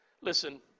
Listen